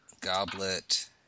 Goblet